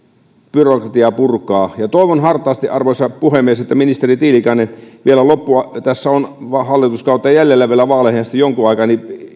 byrokratiaa purkaa toivon hartaasti arvoisa puhemies että ministeri tiilikainen vielä ennen loppua tässä on hallituskautta jäljellä vielä vaaleihin asti jonkun aikaa